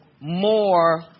more